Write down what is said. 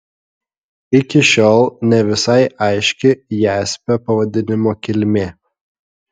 iki šiol ne visai aiški jaspio pavadinimo kilmė